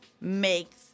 makes